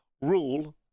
rule